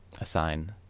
assign